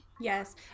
yes